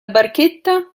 barchetta